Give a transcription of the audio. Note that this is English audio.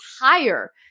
higher